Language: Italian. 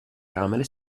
camere